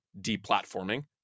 deplatforming